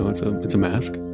ah and so it's a mask.